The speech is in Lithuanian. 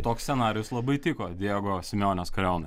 toks scenarijus labai tiko diego simeonės kariaunai